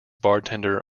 bartender